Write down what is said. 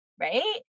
right